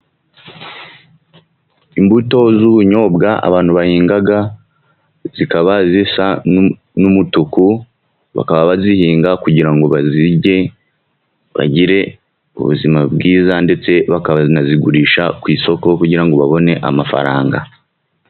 Imbuto z'ubunyobwa abantu bahinga zikaba zisa n'umutuku, bakaba bazihinga kugira ngo bazirye bagire ubuzima bwiza, ndetse bakanazigurisha ku isoko, kugira ngo babone amafaranga.